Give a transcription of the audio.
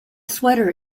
sweater